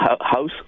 house